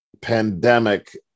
pandemic